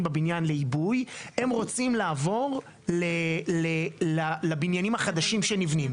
בבניין לעיבוי רוצים לעבור לבניינים החדשים שנבנים.